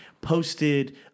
Posted